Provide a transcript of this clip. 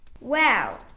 Wow